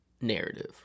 narrative